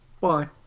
Bye